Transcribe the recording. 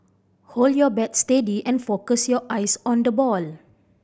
hold your bat steady and focus your eyes on the ball